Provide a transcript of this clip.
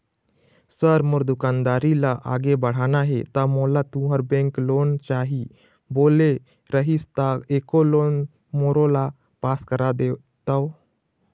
Sir मोर दुकानदारी ला आगे बढ़ाना हे ता मोला तुंहर बैंक लोन चाही बोले रीहिस ता एको लोन मोरोला पास कर देतव?